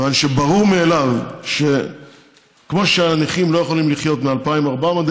כיוון שברור מאליו שכמו שהנכים לא יכולים לחיות מ-2,400,